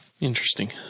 Interesting